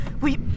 We-